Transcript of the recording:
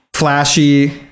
Flashy